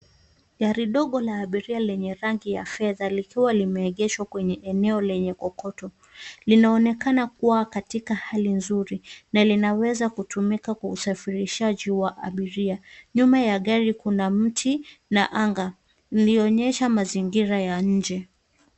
Gari ndogo la abiria lenye rangi ya fedha likiwa limeegeshwa kwenye eneo lenye kokoto; linaonekana kuwa katika hali nzuri na linaweza kutumika kwa usafirishaji wa abiria. Nyuma ya gari kuna mti na anga ilioonyesha mazingira ya nje.